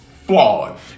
flawed